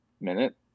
minute